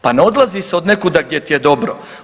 Pa ne odlazi se od nekuda gdje ti je dobro.